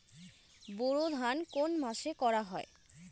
বোরো ধান কোন মাসে করা হয়?